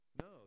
No